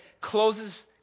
closes